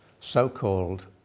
so-called